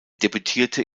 debütierte